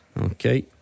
Okay